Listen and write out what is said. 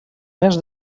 més